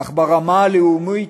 אך ברמה הלאומית,